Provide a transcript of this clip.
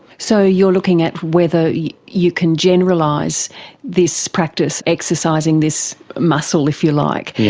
so you're looking at whether you you can generalise this practice, exercising this muscle, if you like,